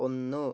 ഒന്ന്